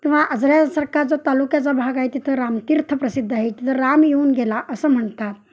किंवा आजऱ्यासारखा जो तालुक्याचा भाग आहे तिथं रामतीर्थ प्रसिद्ध आहे तिथं राम येऊन गेला असं म्हणतात